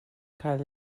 cael